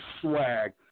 swag